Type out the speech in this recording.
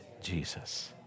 Jesus